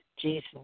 Jesus